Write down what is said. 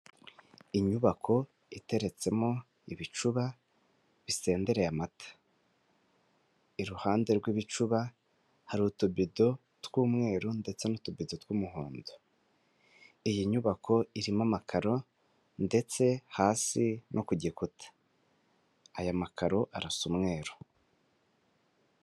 Inyubako iteretsemo ibicuba bisendereye amata, iruhande rw'ibicuba hari utubido tw'umweru ndetse n'utubido tw'umuhondo, iyi nyubako irimo amakaro ndetse hasi no ku gikuta, aya makaro arasa umweru.